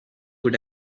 good